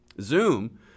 Zoom